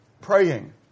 praying